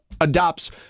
adopts